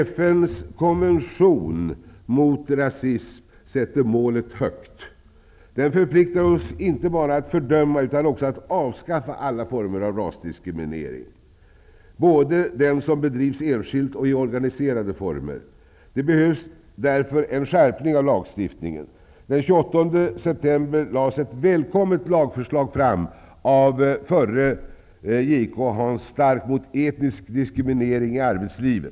FN:s konvention mot rasism sätter målet högt. Den förpliktigar oss inte bara att fördöma, utan också att avskaffa alla former av rasdiskriminering. Det gäller både den som bedrivs enskilt och i organiserade former. Därför behövs det en skärpning av lagstiftningen. Den 28 september lade förre JK Hans Stark fram ett välkommet lagförslag mot etnisk diskriminering i arbetslivet.